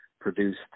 produced